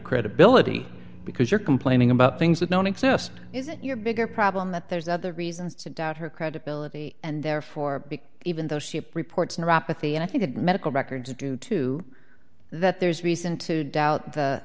credibility because you're complaining about things that don't exist is your bigger problem that there's other reasons to doubt her credibility and therefore even though she reports neuropathy and i think medical records are due to that there is reason to doubt